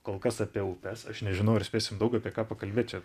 kol kas apie upes aš nežinau ar spėsim daug apie ką pakalbėt čia